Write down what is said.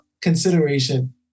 consideration